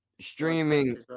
streaming